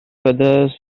feathers